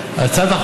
ופרסומה.